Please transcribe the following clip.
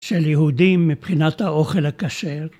של יהודים מבחינת האוכל הכשר.